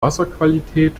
wasserqualität